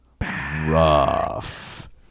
rough